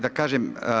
Da kažem.